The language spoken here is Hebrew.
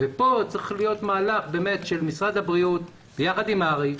כאן צריך להיות מהלך של משרד הבריאות יחד עם הר"י,